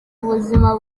ubuzima